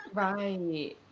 right